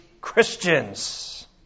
Christians